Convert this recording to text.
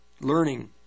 Learning